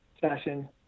session